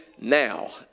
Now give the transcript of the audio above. now